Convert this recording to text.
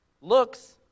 looks